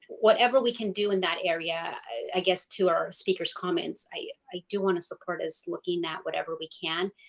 whatever we can do in that area i guess to our speaker's comments, i do want to support us looking at whatever we can,